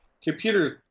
computers